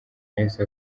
yahise